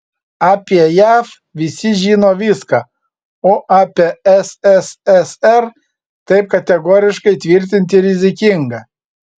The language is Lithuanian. apie jav visi žino viską o apie sssr taip kategoriškai tvirtinti rizikinga